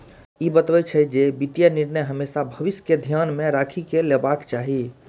ई बतबै छै, जे वित्तीय निर्णय हमेशा भविष्य कें ध्यान मे राखि कें लेबाक चाही